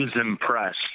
impressed